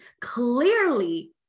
clearly